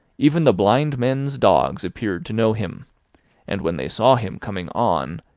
even the blind men's dogs appeared to know him and when they saw him coming on,